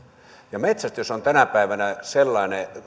ja metsästys on tänä päivänä sellainen